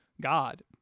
God